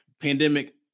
pandemic